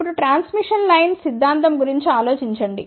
ఇప్పుడు transmission line సిద్ధాంతం గురించి ఆలోచించండి